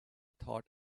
thought